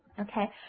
Okay